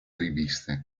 riviste